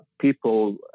People